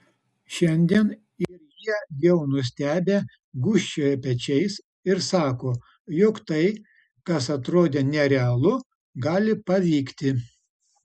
šiandien ir jie jau nustebę gūžčioja pečiais ir sako jog tai kas atrodė nerealu gali pavykti